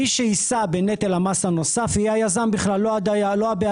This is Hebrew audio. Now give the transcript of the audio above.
מי שיישא בנטל המס הנוסף יהיה היזם ולא הבעלים.